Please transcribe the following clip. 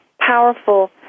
powerful